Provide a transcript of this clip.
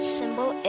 symbol